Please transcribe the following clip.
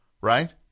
right